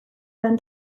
lan